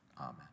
Amen